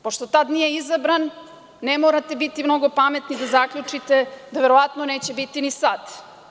Pošto tada nije izabran, ne morate biti mnogo pametni da zaključite da verovatno neće biti ni sada.